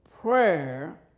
Prayer